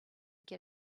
get